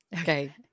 Okay